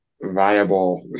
viable